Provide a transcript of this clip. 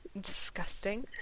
disgusting